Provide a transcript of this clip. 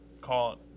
Call